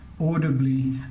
audibly